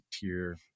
tier